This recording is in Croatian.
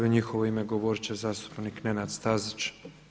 U njihovo ime govorit će zastupnik Nenad Stazić.